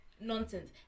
Nonsense